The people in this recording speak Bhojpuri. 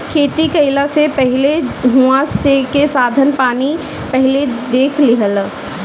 खेती कईला से पहिले उहाँ के साधन पानी पहिले देख लिहअ